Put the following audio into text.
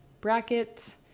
bracket